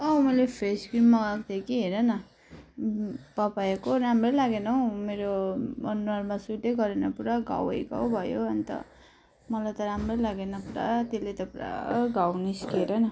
अँ मैले face cream मगाएको थिएँ कि हेर न पपायाको राम्रै लागेन हो मेरो अनुहारमा सुटै गरेन पुरा घावैघाउ भयो अनि त मलाई त राम्रै लागेन पुरा त्यसले त पुरा घाउ निस्केर नि